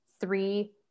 three